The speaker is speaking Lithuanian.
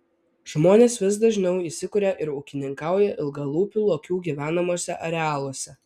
žmonės vis dažniau įsikuria ir ūkininkauja ilgalūpių lokių gyvenamuose arealuose